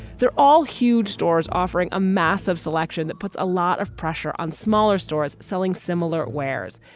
they're all huge stores offering a massive selection that puts a lot of pressure on smaller stores selling similar wares,